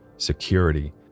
security